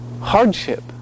hardship